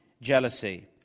jealousy